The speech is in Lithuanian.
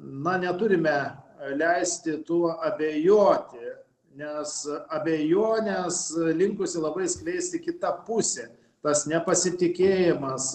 man neturime leisti tuo abejoti nes abejones linkusi labai skleisti kita pusė tas nepasitikėjimas